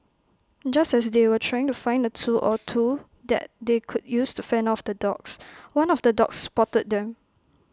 just as they were trying to find A tool or two that they could use to fend off the dogs one of the dogs spotted them